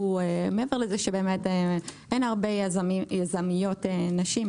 מעבר לזה שבאמת אין הרבה יזמיות נשים,